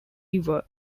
river